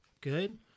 Good